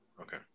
okay